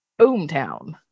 Boomtown